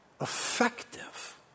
effective